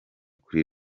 kuri